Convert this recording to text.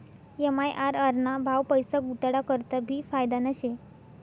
MIRR ना भाव पैसा गुताडा करता भी फायदाना शे